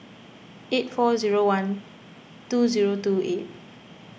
eight four zero one two zero two eight